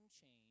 change